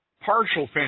partial